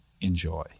enjoy